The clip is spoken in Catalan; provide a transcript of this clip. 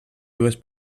dues